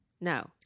No